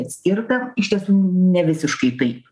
atskirta iš tiesų nevisiškai taip